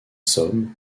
somme